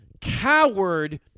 coward